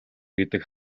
гэдэг